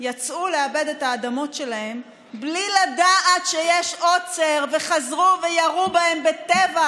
יצאו לעבד את האדמות שלהם בלי לדעת שיש עוצר וחזרו וירו בהם בטבח.